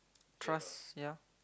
trust ya